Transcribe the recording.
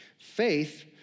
faith